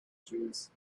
trees